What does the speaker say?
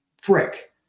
frick